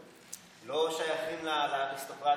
פרופסורים או לא שייכים לאריסטוקרטיה.